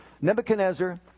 nebuchadnezzar